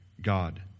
God